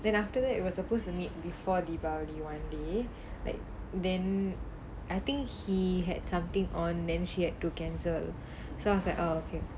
then after that we were supposed to meet before deepavali one day like then I think he had something on then she had to cancel so I was like oh okay